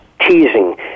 teasing